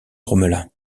grommela